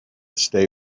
stay